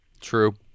true